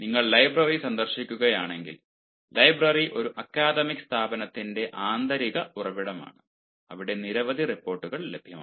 നിങ്ങൾ ലൈബ്രറി സന്ദർശിക്കുകയാണെങ്കിൽ ലൈബ്രറി ഒരു അക്കാദമിക് സ്ഥാപനത്തിന്റെ ആന്തരിക ഉറവിടമാണ് അവിടെ നിരവധി റിപ്പോർട്ടുകൾ ലഭ്യമാണ്